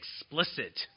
explicit